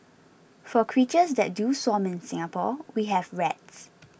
for creatures that do swarm in Singapore we have rats